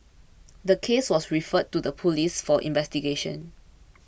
the case was referred to the police for investigation